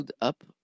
up